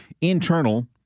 internal